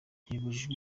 ntibibujijwe